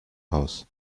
aus